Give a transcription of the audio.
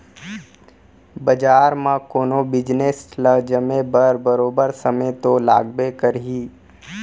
बजार म कोनो बिजनेस ल जमे बर बरोबर समे तो लागबे करही